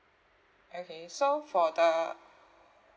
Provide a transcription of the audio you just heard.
okay so for the